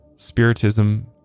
spiritism